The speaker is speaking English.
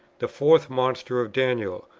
the fourth monster of daniel,